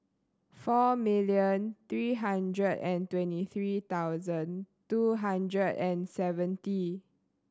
four million three hundred and twenty three thousand two hundred and seventy